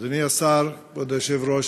אדוני השר, כבוד היושב-ראש,